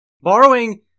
borrowing